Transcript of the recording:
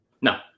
No